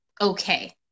okay